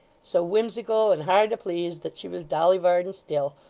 so whimsical and hard to please that she was dolly varden still,